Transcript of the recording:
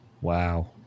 Wow